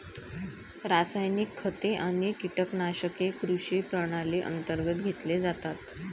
रासायनिक खते आणि कीटकनाशके कृषी प्रणाली अंतर्गत घेतले जातात